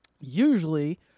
Usually